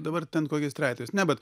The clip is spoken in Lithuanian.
dabar ten kokiais trejetais ne bet